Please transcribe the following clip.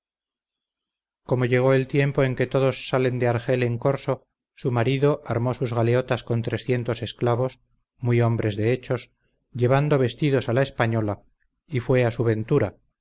como llegó el tiempo en que todos salen de argel en corso su marido armó sus galeotas con trescientos esclavos muy hombres de hechos llevando vestidos a la española y fue a su ventura